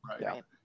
Right